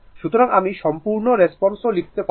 সুতরাং আমি সম্পূর্ণ রেসপন্স ও লিখতে পারি